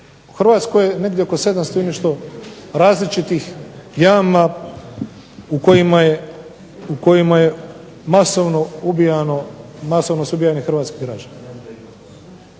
Hrvatskoj je negdje oko 700 i nešto različitih jama u kojima je masovno ubijano, masovno